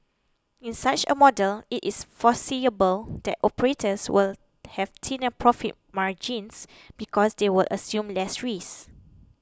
in such a model it is foreseeable that operators will have thinner profit margins because they will assume less risk